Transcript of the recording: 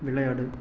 விளையாடு